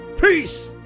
Peace